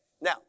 now